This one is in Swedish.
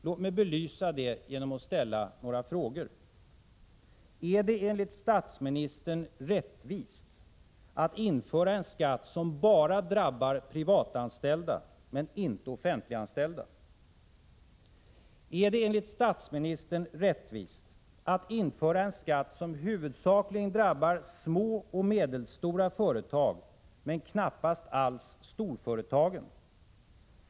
Låt mig belysa det genom några frågor: Är det enligt statsministern rättvist att införa en skatt, som bara drabbar privatanställda men inte offentliganställda? Är det enligt statsministern rättvist att införa en skatt, som huvudsakligen drabbar små och medelstora företag men knappast alls storföretagen?